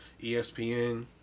ESPN